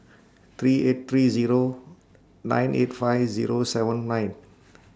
three eight three Zero nine eight five Zero seven nine